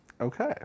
Okay